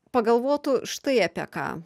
pagalvotų štai apie ką